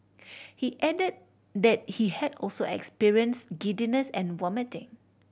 he added that he had also experienced giddiness and vomiting